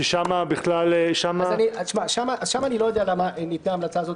אז שם אני לא יודע למה ניתנה ההמלצה הזאת,